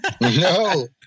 No